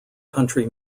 country